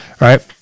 right